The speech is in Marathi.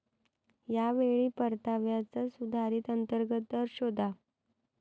या वेळी परताव्याचा सुधारित अंतर्गत दर शोधा